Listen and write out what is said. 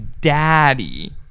daddy